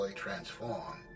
transform